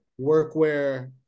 workwear